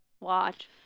watch